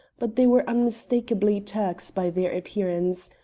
but they were unmistakably turks by their appearance.